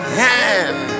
hand